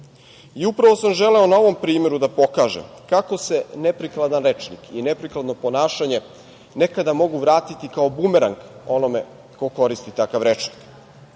drugima. Upravo sam želeo na ovom primeru da pokažem kako se neprikladan rečnik i neprikladno ponašanje nekada mogu vratiti kao bumerang onome ko koristi takav